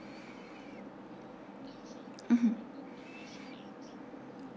mmhmm